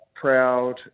proud